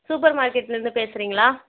super மார்க்கெட்லேருந்து பேசுகிறீங்களா